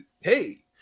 Hey